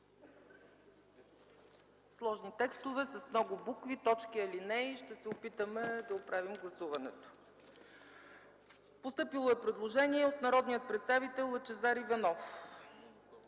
Сложни текстове, с много букви, точки, алинеи. Ще се опитаме да оправим гласуването. Постъпило е предложение от народните представители Ваньо Шарков,